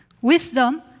Wisdom